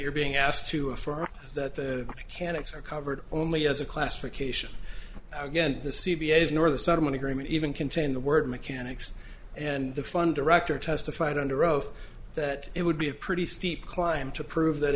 you're being asked to affirm that the mechanics are covered only as a classification again the c b s nor the settlement agreement even contain the word mechanics and the funder rector testified under oath that it would be a pretty steep climb to prove that